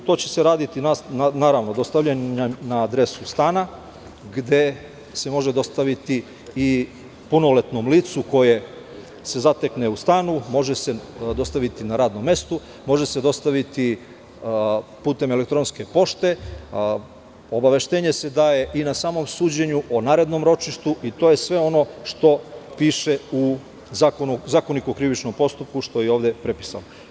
To će se raditi naravno dostavljanjem na adresu stana, gde se može dostaviti i punoletnom licu koje se zatekne u stanu, može se dostaviti na radnom mestu, može se dostaviti putem elektronske pošte, obaveštenje se daje i na samom suđenju o narednom ročištu i to je sve ono što piše u Zakoniku o krivičnom postupku, što je ovde prepisano.